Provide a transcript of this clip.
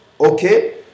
Okay